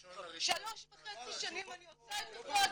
שלוש וחצי שנים אני עושה את אותו הדבר.